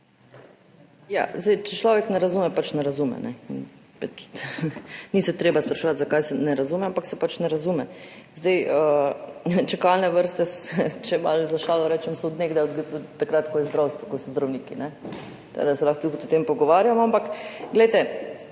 Če človek ne razume, pač ne razume. Ni se treba spraševati, zakaj se ne razume, ampak se pač ne razume. Čakalne vrste, če malo za šalo rečem, so od nekdaj, odkar so zdravniki, tako da se lahko tudi o tem pogovarjamo. Ampak glejte,